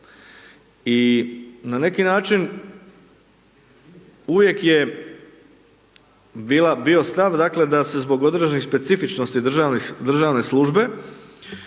i na neki način uvijek je bio stav da se zbog određenih specifičnosti državne službe,